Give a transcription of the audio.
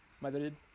Madrid